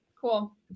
cool